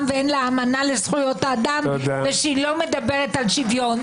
ואין לה אמנה לזכויות אדם ושלא מדברת על שוויון.